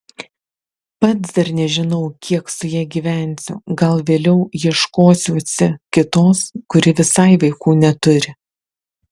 pats dar nežinau kiek su ja gyvensiu gal vėliau ieškosiuosi kitos kuri visai vaikų neturi